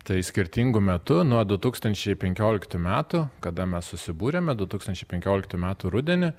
tai skirtingu metu nuo du tūkstančiai penkioliktų metų kada mes susibūrėme du tūkstančiai penkioliktų metų rudenį